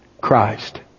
Christ